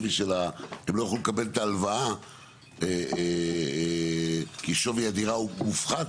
הם לא יכולים לקבל את ההלוואה כי שווי הדירה מופחת